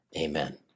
amen